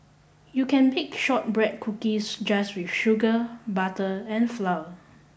you can pick shortbread cookies just with sugar butter and flour